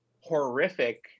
horrific